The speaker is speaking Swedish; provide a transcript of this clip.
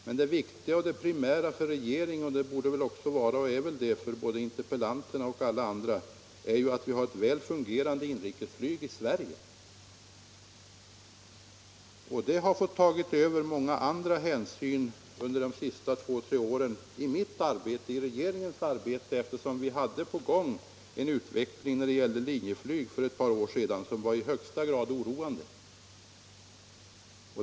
Men det primära för regeringen —- och det borde det vara och är det väl också även för interpellanterna och alla andra — är att vi har ett väl fungerande inrikesflyg i Sverige. Det intresset har i regeringens arbete gått före många andra hänsyn under de senaste två tre åren. Utvecklingen inom Linjeflyg för ett par år sedan var i högsta grad oroande.